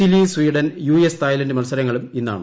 Chile Sweden U S Thailand മത്സരങ്ങളും ഇന്നാണ്